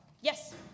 Yes